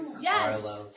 Yes